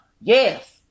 Yes